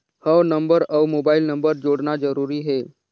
हव नंबर अउ mobile number जोड़ना जरूरी हे?